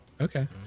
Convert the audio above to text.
Okay